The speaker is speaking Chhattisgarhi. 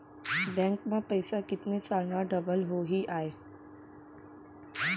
बैंक में पइसा कितने साल में डबल होही आय?